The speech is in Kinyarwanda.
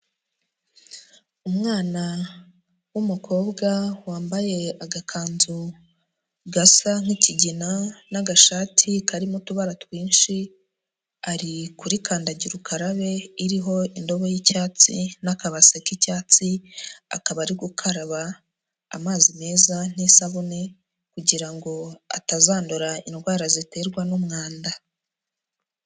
Umwana w'umukobwa wambaye agakanzu gasa nk'ikigina n'agashati karimo utubara twinshi, ari kuri kandagira ukarabe iriho indobo y'icyatsi n'akabase k'icyatsi, akaba ari gukaraba amazi meza n'isabune kugira ngo atazandura indwara ziterwa n'umwanda.